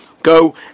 go